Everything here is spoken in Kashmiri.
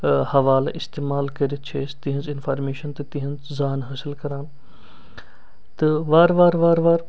ٲں حوالہٕ استعمال کٔرِتھ چھِ أسۍ تِہنٛز انفارمیشن تہٕ تِہنٛز زان حٲصِل کران تہٕ وارٕ وار وارٕ وار